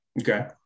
Okay